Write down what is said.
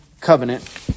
covenant